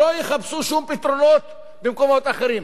שלא יחפשו שום פתרונות במקומות אחרים,